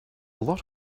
lot